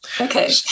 Okay